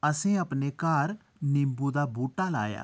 असें अपने घर निंबू दा बूह्टा लाया